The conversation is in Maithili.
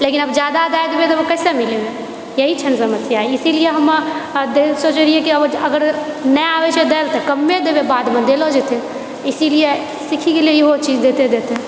लेकिन आब जादा दए देबै तऽ कैसे मिलेबै यही छल समस्या इसीलिए हम सोचलियै कि अगर नहि आबैत छै देल तऽ बादमे देलो बादमे देलो जेतै इसीलिए सीखी गेलियै इहो चीज देते देते